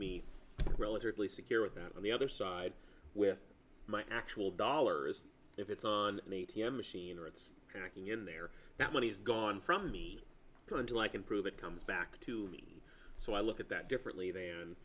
me relatively secure with that on the other side where my actual dollar is if it's on an a t m machine or it's connecting in there that money is gone from me until i can prove it comes back to me so i look at that differently